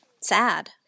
sad